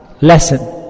lesson